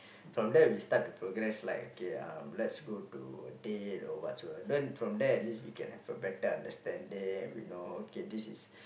from there we start to progress like okay um let's go to date or whatsoever then from there at least we can have a better understanding and we know okay this is